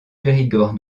périgord